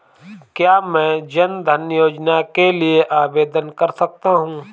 क्या मैं जन धन योजना के लिए आवेदन कर सकता हूँ?